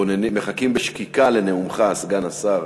ומחכים בשקיקה לנאומך, סגן השר,